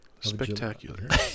Spectacular